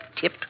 tip